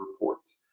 reports